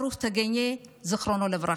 ברוך טגניה, זיכרונו לברכה.